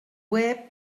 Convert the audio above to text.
web